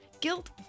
Guilt